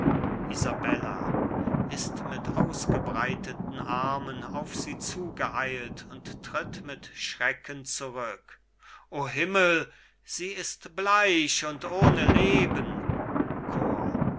ist mit ausgebreiteten armen auf sie zugeeilt und tritt mit schrecken zurück o himmel sie ist bleich und ohne leben chor